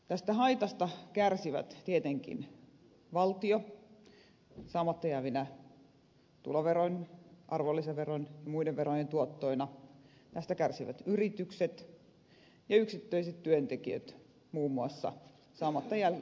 tästä haitasta kärsivät tietenkin valtio saamatta jäävinä tuloveron arvonlisäveron ja muiden verojen tuottoina tästä kärsivät yritykset ja yksittäiset työntekijät muun muassa saamatta jääneinä palkkoina